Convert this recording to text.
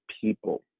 people